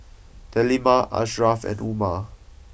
Delima Ashraf and Umar